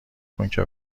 کن، که